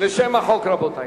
לשם החוק, רבותי.